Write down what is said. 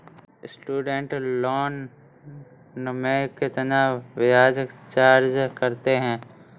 Student loan में कितना ब्याज चार्ज करते हैं?